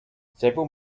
several